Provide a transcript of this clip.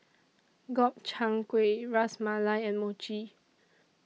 Gobchang Gui Ras Malai and Mochi